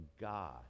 God